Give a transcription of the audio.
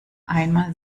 einmal